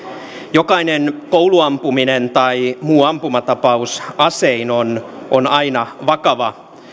jokainen kouluampuminen tai muu ampumatapaus asein on on aina vakava